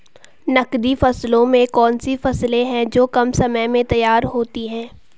नकदी फसलों में कौन सी फसलें है जो कम समय में तैयार होती हैं?